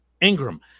Ingram